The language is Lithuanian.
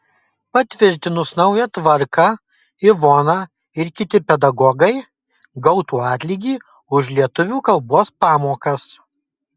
patvirtinus naują tvarką ivona ir kiti pedagogai gautų atlygį už lietuvių kalbos pamokas